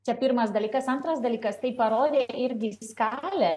čia pirmas dalykas antras dalykas tai parodė irgi skalę